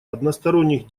односторонних